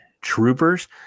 troopers